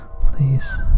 please